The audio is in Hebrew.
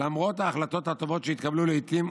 למרות ההחלטות הטובות שהתקבלו לעיתים,